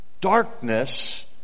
darkness